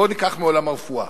בואו ניקח מעולם הרפואה.